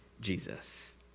Jesus